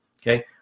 okay